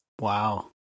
Wow